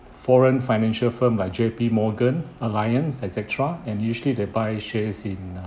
foreign financial firms like J_P Morgan alliance et cetera and usually they buy shares in